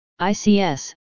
ICS